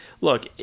look